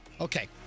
Okay